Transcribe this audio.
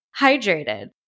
hydrated